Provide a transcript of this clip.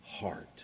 heart